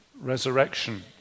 resurrection